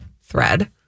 thread